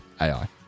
AI